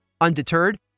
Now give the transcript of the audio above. Undeterred